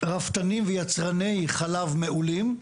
רפתנים ויצרני חלב מעולים.